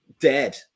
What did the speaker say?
dead